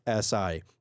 SI